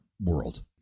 world